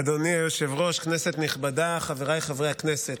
אדוני היושב-ראש, כנסת נכבדה, חבריי חברי הכנסת,